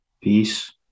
Peace